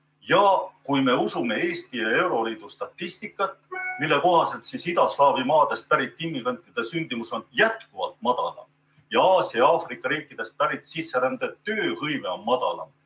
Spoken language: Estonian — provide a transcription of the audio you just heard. oma. Kui me usume Eesti ja euroliidu statistikat, mille kohaselt idaslaavi maadest pärit immigrantide sündimus on jätkuvalt madalam ja Aasia ning Aafrika riikidest pärit sisserände tööhõive on madalam